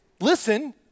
listen